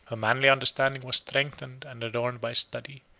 her manly understanding was strengthened and adorned by study.